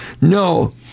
No